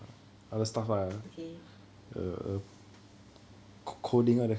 okay